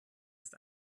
ist